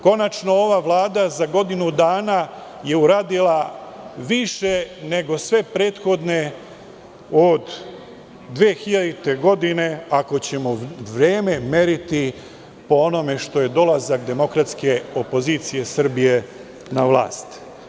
Konačno, ova Vlada za godinu dana je uradila više nego sve prethodne od 2000. godine, ako ćemo vreme meriti po onome što je dolazak demokratske opozicije Srbije na vlast.